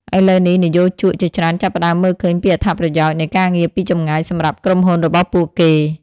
ឥឡូវនេះ និយោជកជាច្រើនចាប់ផ្ដើមមើលឃើញពីអត្ថប្រយោជន៍នៃការងារពីចម្ងាយសម្រាប់ក្រុមហ៊ុនរបស់ពួកគេ។